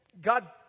God